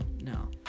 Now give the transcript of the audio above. no